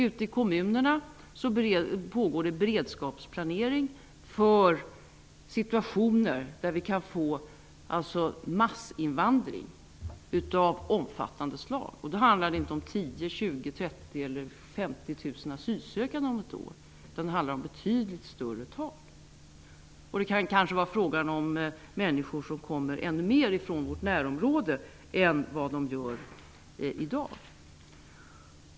Ute i kommunerna pågår beredskapsplanering för situationer med massinvandring av omfattande slag. Då handlar det inte om 10 000, 20 000, 30 000 eller 50 000 asylsökande under ett år utan om betydligt större antal. Det kanske kan bli fråga om att människor kommer från vårt närområde i större utsträckning än i dag.